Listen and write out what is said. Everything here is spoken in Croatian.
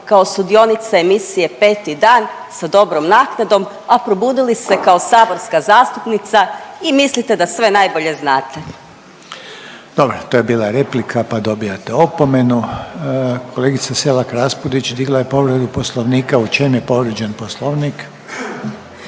kao sudionica emisije Peti dan sa dobrom naknadom, a probudili se kao saborska zastupnica i mislite da sve najbolje znate. **Reiner, Željko (HDZ)** Dobro. To je bila replika pa dobijate opomenu. Kolegica Selak Raspudić digla je povredu Poslovnika, u čemu je povrijeđen Poslovnik?